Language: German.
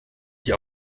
die